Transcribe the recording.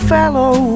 fellow